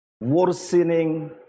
worsening